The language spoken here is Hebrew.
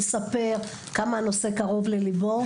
לספר כמה הנושא קרוב לליבו,